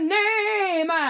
name